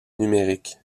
numérique